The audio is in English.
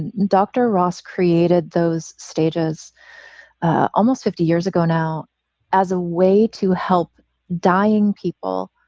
and dr. ross created those stages almost fifty years ago now as a way to help dying people.